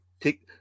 take